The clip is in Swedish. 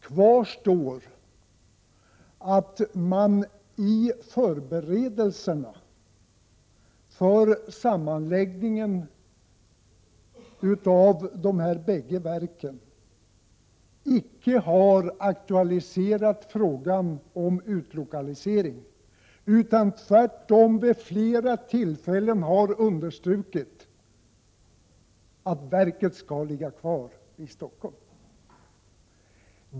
Kvar står att man vid förberedelserna för sammanläggningen av de här båda verken icke har aktualiserat frågan om utlokalisering, utan tvärtom vid flera tillfällen har understrukit att verket skall ligga kvar i Stockholm.